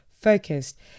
focused